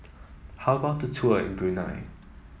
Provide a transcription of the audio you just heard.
how about the tour in Brunei